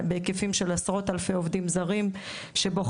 בהיקפים של עשרות אלפי עובדים זרים שבוחרים